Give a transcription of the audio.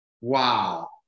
Wow